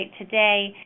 today